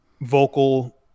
vocal